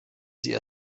sie